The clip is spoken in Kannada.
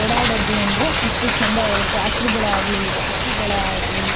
ಓಡಾಡೋದು ಅಂದರೆ ಅಷ್ಟು ಚೆಂದ ಇರುತ್ತೆ ಹಸ್ರು ಬಳೆ ಆಗಲಿ ಕಪ್ಪು ಬಳೆ ಆಗಲಿ